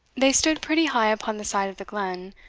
they stood pretty high upon the side of the glen,